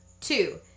Two